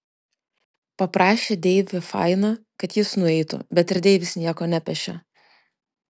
paprašė deivį fainą kad jis nueitų bet ir deivis nieko nepešė